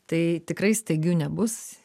tai tikrai staigių nebus